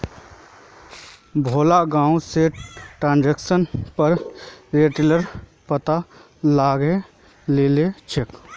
भोला गांव स ट्रैक्टरेर पर सॉरेलेर पत्ता लादे लेजा छ